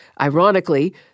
Ironically